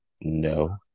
No